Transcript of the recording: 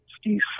Steve